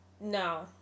No